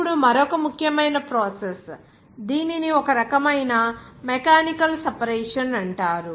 ఇప్పుడు మరొక ముఖ్యమైన ప్రాసెస్ దీనిని ఒక రకమైన మెకానికల్ సెపరేషన్ అంటారు